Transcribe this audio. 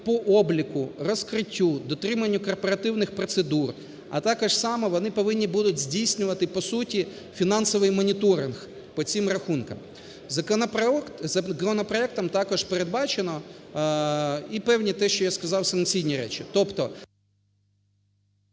по обліку, розкриттю, дотриманню корпоративних процедур, а також саме вони повинні будуть здійснювати, по суті, фінансовий моніторинг, по цим рахункам. Законопроектом також передбачено і певні - те, що я сказав, - санкційні речі.